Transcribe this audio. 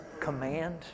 command